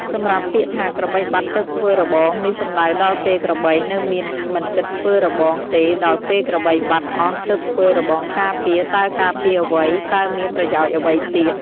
សម្រាប់ពាក្យថាក្របីបាត់ទើបធ្វើរបង នេះសំំដៅដល់ពេលក្របីនៅមានមិនគិតធ្វើរបងទេដល់ពេលក្របីបាត់អស់ទើបធ្វើរបងការពារតើការពារអ្វី តើមានប្រយោជន៍អ្វីទៀត។